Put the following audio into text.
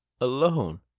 alone